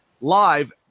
Live